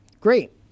Great